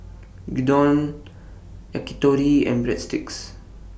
Gyudon Yakitori and Breadsticks